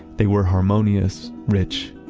they were harmonious, rich,